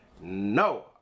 no